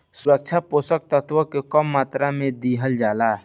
सूक्ष्म पोषक तत्व के कम मात्रा में दिहल जाला